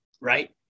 right